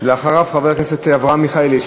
אחריו, חבר הכנסת אברהם מיכאלי.